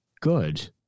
good